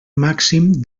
màxim